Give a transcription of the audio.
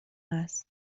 است